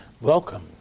Welcome